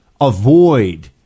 avoid